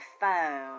phone